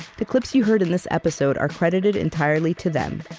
the clips you heard in this episode are credited entirely to them.